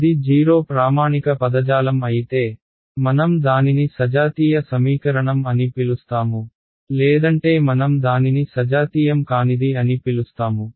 ఇది జీరో ప్రామాణిక పదజాలం అయితే మనం దానిని సజాతీయ సమీకరణం అని పిలుస్తాము లేదంటే మనం దానిని సజాతీయం కానిది అని పిలుస్తాము